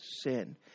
sin